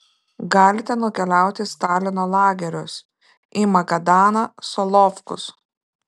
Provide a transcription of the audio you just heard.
galite nukeliauti į stalino lagerius į magadaną solovkus